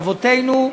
אבותינו,